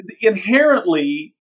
inherently